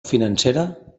financera